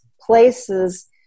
places